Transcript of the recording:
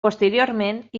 posteriorment